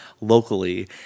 Locally